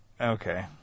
okay